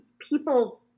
people